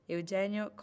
Eugenio